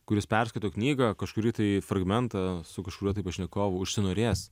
kuris perskaito knygą kažkuri tai fragmentą su kažkuriuo tai pašnekovu užsinorės